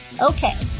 Okay